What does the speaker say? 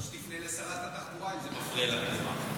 או שתפנה לשרת התחבורה, אם זה מפריע לתנועה.